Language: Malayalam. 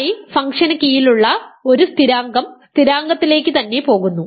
ф ഫംഗ്ഷന് കീഴിലുള്ള ഒരു സ്ഥിരാങ്കം സ്ഥിരാങ്കത്തിലേക്ക് തന്നെ പോകുന്നു